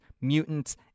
mutants